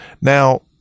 Now